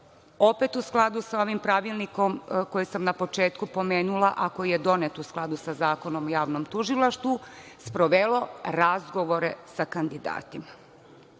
opet u skladu sa ovim Pravilnikom, koji sam na početku pomenula, a koji je donet u skladu sa Zakonom o javnom tužilaštvu, sprovelo razgovore sa kandidatima. Juče